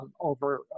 over